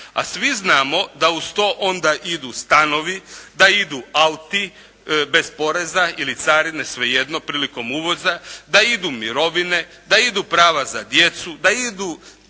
a svi znamo da uz to onda idu stanovi, da idu auti bez poreza ili carine sve jedno prilikom uvoza, da idu mirovine, da idu prava za djecu, da idu